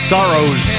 Sorrows